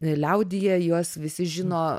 liaudyje juos visi žino